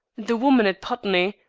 the woman at putney,